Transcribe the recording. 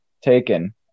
taken